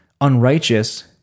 unrighteous